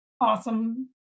awesome